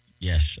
Yes